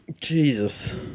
Jesus